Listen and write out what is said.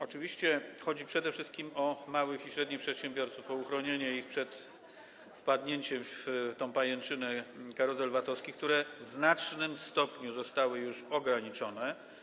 Oczywiście chodzi przede wszystkim o małych i średnich przedsiębiorców, o uchronienie ich przed wpadnięciem w pajęczynę karuzel VAT-owskich, które w znacznym stopniu zostały już ograniczone.